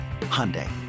Hyundai